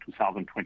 2020